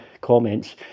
comments